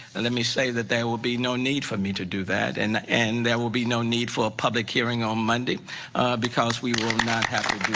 let me say that there will be no need for me to do that and and there will be no need for a public hearing on monday because we will not have